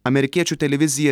amerikiečių televizija